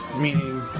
meaning